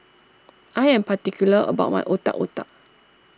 I am particular about my Otak Otak